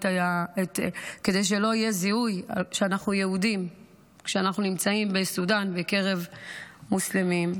כדי שלא יהיה זיהוי שאנחנו יהודים כשאנחנו נמצאים בסודאן בקרב מוסלמים.